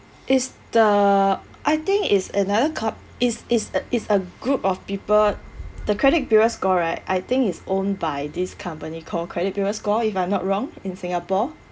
it's the I think it's another com~ is is is a group of people the credit bureau score right I think is own by this company called credit bureau score if I'm not wrong in singapore